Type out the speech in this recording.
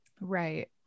right